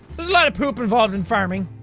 it's a lot of poop involved in farming.